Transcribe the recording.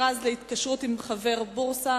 מכרז להתקשרות עם חבר בורסה),